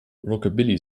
rockabilly